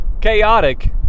chaotic